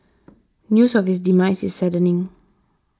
news of his demise is saddening